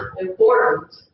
important